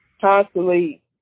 constantly –